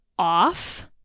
off